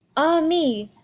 ah me!